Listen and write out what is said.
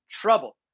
trouble